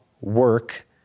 work